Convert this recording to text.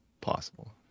possible